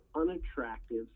unattractive